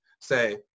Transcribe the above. say